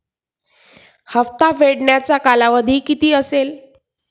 हप्ता फेडण्याचा कालावधी किती असेल?